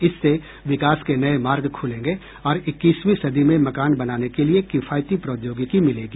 इससे विकास के नये मार्ग खुलेंगे और इक्कीसवीं सदी में मकान बनाने के लिए किफायती प्रौद्योगिकी मिलेगी